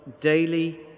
daily